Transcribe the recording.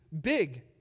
big